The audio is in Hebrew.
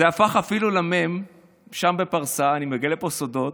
זה הפך אפילו למם שם, בפרסה, אני מגלה פה סודות,